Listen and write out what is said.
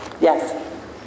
yes